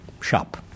shop